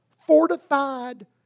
fortified